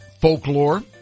Folklore